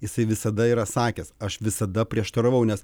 jisai visada yra sakęs aš visada prieštaravau nes